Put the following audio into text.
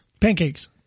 pancakes